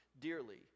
dearly